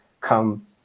come